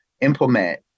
implement